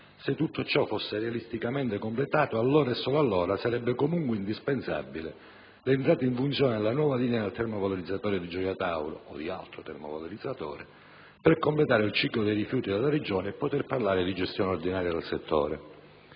se tutto questo fosse realisticamente completato, allora, solo allora, sarebbe comunque indispensabile l'entrata in funzione della nuova linea del termovalorizzatore di Gioia Tauro (o di altro termovalorizzatore) per completare il ciclo dei rifiuti della Regione e poter parlare di gestione ordinaria del settore.